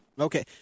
Okay